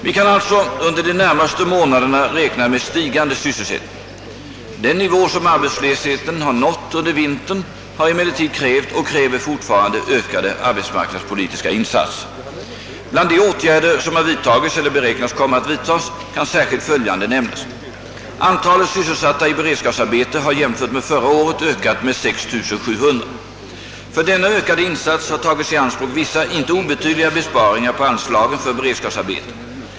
Vi kan alltså under de närmaste månaderna räkna med stigande sysselsättning. Den nivå som arbetslösheten har nått under vintern har emellertid krävt och kräver fortfarande ökade arbetsmarknadspolitiska insatser. Bland de åtgärder som har vidtagits eller beräknas komma att vidtas kan särskilt följande nämnas. Antalet sysselsatta i beredskapsarbete har jämfört med förra året ökat med 6 700. För denna ökade insats har tagits i anspråk vissa inte obetydliga besparingar på anslagen för beredskapsarbeten.